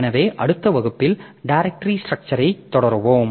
எனவே அடுத்த வகுப்பில் டிரேக்டரி ஸ்ட்ரக்சரைத் தொடருவோம்